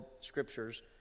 scriptures